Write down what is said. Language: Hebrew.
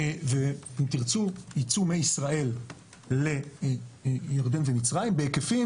ואם תרצו ייצוא מישראל לירדן ומצרים בהיקפים